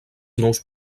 nous